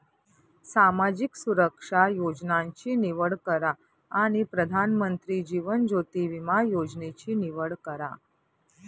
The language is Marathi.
सामाजिक सुरक्षा योजनांची निवड करा आणि प्रधानमंत्री जीवन ज्योति विमा योजनेची निवड करा